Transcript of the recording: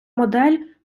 модель